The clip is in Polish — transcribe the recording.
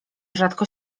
rzadko